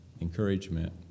encouragement